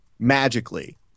magically